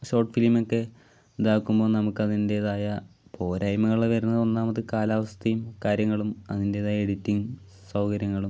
short film ഒക്കെ ഇതാക്കുമ്പോൾ നമുക്ക് അതിൻറ്റേതായ പോരായ്മകൾ വരുന്നത് ഒന്നാമത് കാലാവസ്ഥയും കാര്യങ്ങളും അതിൻറ്റേതായ എഡിറ്റിങ്ങ് സൗകര്യങ്ങളും